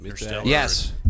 Yes